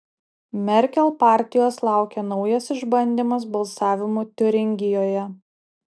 merkel partijos laukia naujas išbandymas balsavimu tiuringijoje